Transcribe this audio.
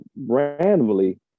Randomly